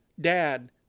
Dad